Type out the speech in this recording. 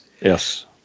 Yes